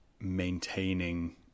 maintaining